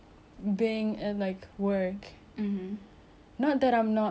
not that I'm not neglecting my body but it's like I feel like happier already